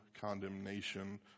condemnation